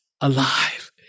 alive